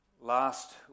last